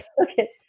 Okay